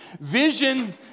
Vision